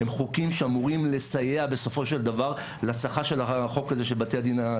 הם חוקים שאמורים לסייע בסופו של דבר להצלחה של החוק הזה של בתי הדין.